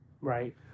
Right